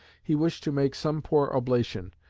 he wished to make some poor oblation,